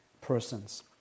persons